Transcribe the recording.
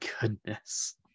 goodness